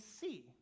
see